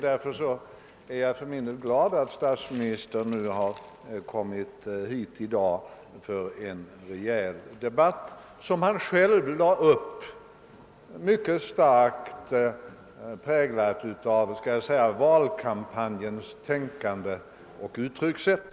Därför är jag för min del glad åt att statsministern kommit hit i dag för en rejäl debatt, som han själv lade upp starkt präglad av en valkampanjs tankegångar och uttryckssätt.